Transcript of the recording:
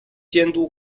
监督